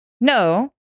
no